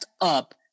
up